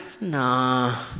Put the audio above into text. nah